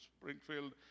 Springfield